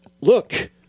Look